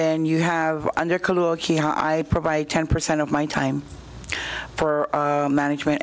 then you have i provide ten percent of my time for management